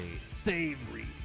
Savory